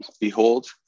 behold